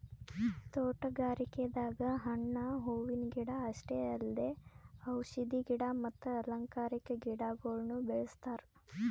ತೋಟಗಾರಿಕೆದಾಗ್ ಹಣ್ಣ್ ಹೂವಿನ ಗಿಡ ಅಷ್ಟೇ ಅಲ್ದೆ ಔಷಧಿ ಗಿಡ ಮತ್ತ್ ಅಲಂಕಾರಿಕಾ ಗಿಡಗೊಳ್ನು ಬೆಳೆಸ್ತಾರ್